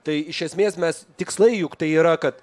tai iš esmės mes tikslai juk tai yra kad